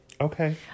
Okay